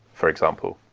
for example.